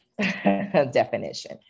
definition